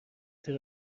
قطع